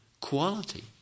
quality